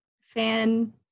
fan